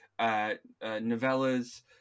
novellas